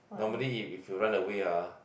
normally if if you run away ah